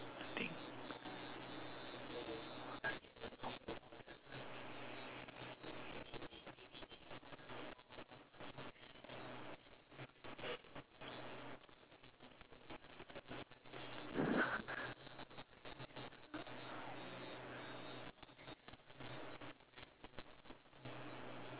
I think